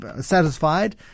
satisfied